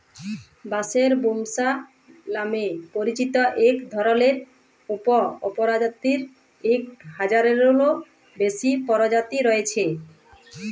বাঁশের ব্যম্বুসা লামে পরিচিত ইক ধরলের উপপরজাতির ইক হাজারলেরও বেশি পরজাতি রঁয়েছে